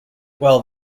well